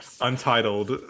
untitled